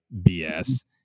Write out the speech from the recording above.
BS